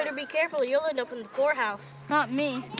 and be careful, you'll end up in the poor house. not me.